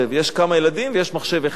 יש כמה ילדים ויש מחשב אחד,